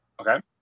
Okay